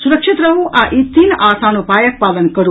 सुरक्षित रहू आ ई तीन आसान उपायक पालन करू